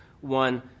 one